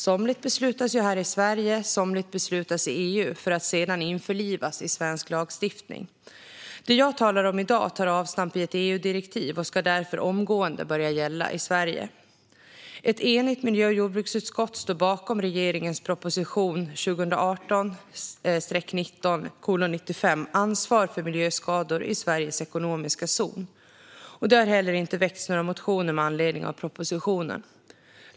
Somligt beslutas här i Sverige, och somligt beslutas i EU för att sedan införlivas i svensk lagstiftning. Det jag talar om i dag tar avstamp i ett EU-direktiv och ska därför omgående börja gälla i Sverige. Ett enigt miljö och jordbruksutskott står bakom regeringens proposition 2018/19:95 Ansvar för miljöskador i Sveriges ekonomiska zon , och det har heller inte väckts några motioner med anledning av propositionen.